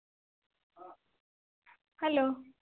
hello